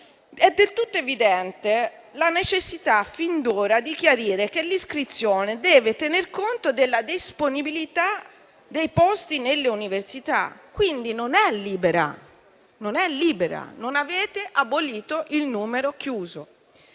è del tutto evidente la necessità fin d'ora di chiarire che l'iscrizione deve tener conto della disponibilità dei posti nelle università. Quindi l'iscrizione non è libera e non avete abolito il numero chiuso.